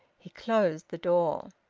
he closed the door.